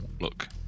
look